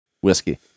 whiskey